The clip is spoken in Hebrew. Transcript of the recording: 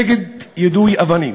אנחנו נגד יידוי אבנים